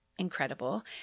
incredible